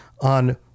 on